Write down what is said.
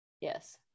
Yes